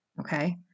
okay